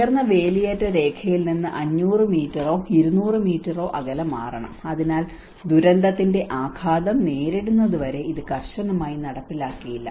ഉയർന്ന വേലിയേറ്റ രേഖയിൽ നിന്ന് 500 മീറ്ററോ 200 മീറ്ററോ അകലെ മാറണം അതിനാൽ ദുരന്തത്തിന്റെ ആഘാതം നേരിടുന്നതുവരെ ഇത് കർശനമായി നടപ്പാക്കില്ല